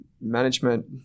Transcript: management